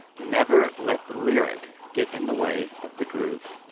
never let the lyric get in the way of the groove.